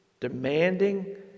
demanding